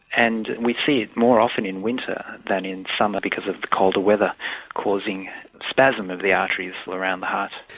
and we see it more often in winter than in summer because of the colder weather causing spasm of the arteries around the heart.